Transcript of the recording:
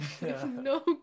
No